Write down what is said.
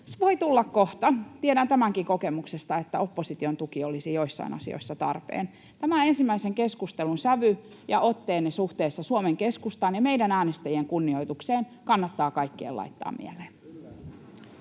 Voi tulla kohta, tiedän tämänkin kokemuksesta, että opposition tuki olisi joissain asioissa tarpeen. Tämän ensimmäisen keskustelun sävy ja otteenne suhteessa Suomen Keskustaan ja meidän äänestäjiemme kunnioitukseen kannattaa kaikkien laittaa mieleen.